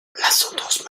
sentence